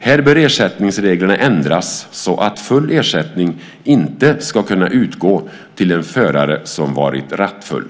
Här bör ersättningsreglerna ändras så att full ersättning inte ska kunna utgå till en förare som varit rattfull.